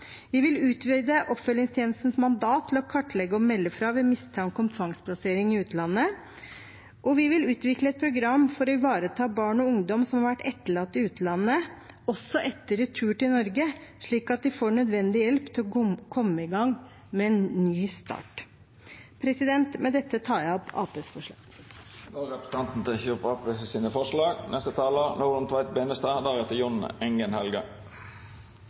Vi vil utvide oppfølgingstjenestens mandat til å kartlegge og melde fra ved mistanke om tvangsplassering i utlandet, og vi vil utvikle et program for å ivareta barn og ungdom som har vært etterlatt i utlandet, også etter retur til Norge, slik at de får nødvendig hjelp til å komme i gang med en ny start. Med dette tar jeg opp forslagene Arbeiderpartiet står alene bak, og forslaget vi har sammen med Fremskrittspartiet. Representanten